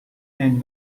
and